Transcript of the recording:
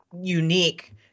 unique